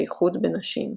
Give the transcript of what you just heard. בייחוד בנשים.